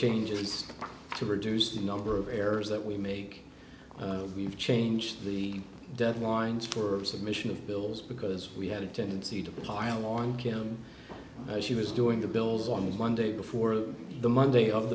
changes to reduce the number of errors that we make we've changed the deadlines for submission of bills because we had a tendency to pile on kim she was doing the bills on one day before the monday of